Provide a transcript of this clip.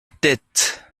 tête